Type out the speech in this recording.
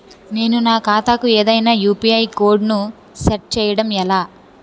నేను నా ఖాతా కు ఏదైనా యు.పి.ఐ కోడ్ ను సెట్ చేయడం ఎలా?